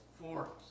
forms